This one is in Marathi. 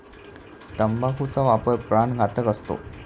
तंबाखूचा वापर प्राणघातक असतो